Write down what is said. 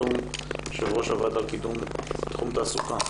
יושב-ראש הוועדה לקידום תחום התעסוקה.